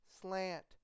slant